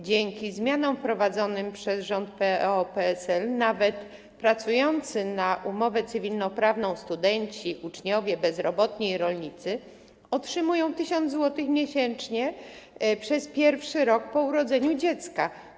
Dzięki zmianom wprowadzonym przez rząd PO-PSL nawet pracujący na umowę cywilnoprawną studenci, uczniowie, bezrobotni, rolnicy otrzymują 1 tys. zł miesięcznie przez pierwszy rok po urodzeniu dziecka.